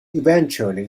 eventually